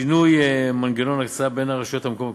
שינוי מנגנון ההקצאה בין הרשויות המקומיות,